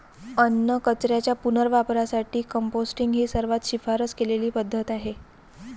अन्नकचऱ्याच्या पुनर्वापरासाठी कंपोस्टिंग ही सर्वात शिफारस केलेली पद्धत आहे